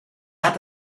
hatte